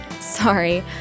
Sorry